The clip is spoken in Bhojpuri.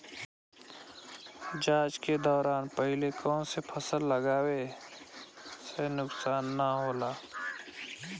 जाँच के दौरान पहिले कौन से फसल लगावे से नुकसान न होला?